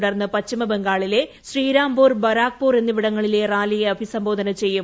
തുടർന്ന് പശ്ചിമബംഗാളിലെ ശ്രീരാംപൂർ ബരാക്പൂർ എന്നിവിടങ്ങളിലെ റാലിയെ അഭിസംബോധന ചെയ്യും